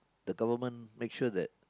the government make sure that